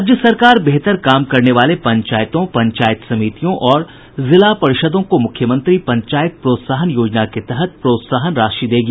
राज्य सरकार बेहतर काम करने वाले पंचायतों पंचायत समितियों और जिला परिषदों को मुख्यमंत्री पंचायत प्रोत्साहन योजना के तहत प्रोत्साहन राशि देगी